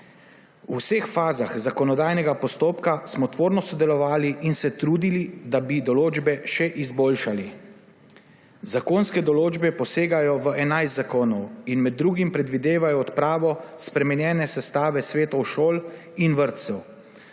V vseh fazah zakonodajnega postopka smo tvorno sodelovali in se trudili, da bi določbe še izboljšali. Zakonske določbe posegajo v 11 zakonov in med drugim predvidevajo odpravo spremenjene sestave svetov šol in vrtcev.